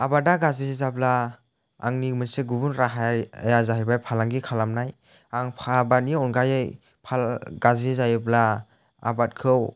आबादा गाज्रि जायोब्ला आंनि मोनसे गुबुन राहाया जाबाय फालांगि खालामनाय आं आबादनि अनगायै गाज्रि जायोब्ला आबादखौ